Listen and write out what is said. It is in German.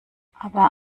aber